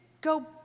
go